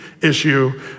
issue